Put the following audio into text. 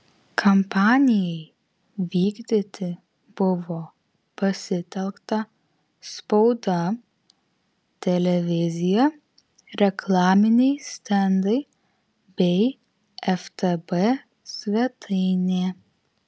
kampanijai vykdyti buvo pasitelkta spauda televizija reklaminiai stendai bei ftb svetainė